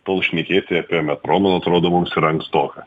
tol šnekėti apie metro man atrodo mums yra ankstoka